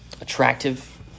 attractive